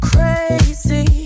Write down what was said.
Crazy